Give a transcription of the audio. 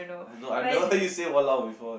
I I've never heard you say !walao! before eh